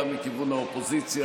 גם מכיוון האופוזיציה,